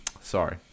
Sorry